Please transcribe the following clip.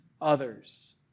others